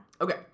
Okay